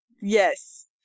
Yes